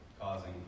causing